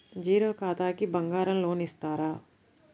Zero ఖాతాకి బంగారం loan ఇస్తారా?